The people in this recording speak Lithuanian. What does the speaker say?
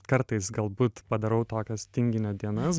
kartais galbūt padarau tokias tinginio dienas